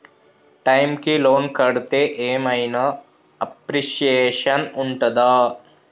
Time కి loan కడ్తే ఏం ఐనా అప్రిషియేషన్ ఉంటదా?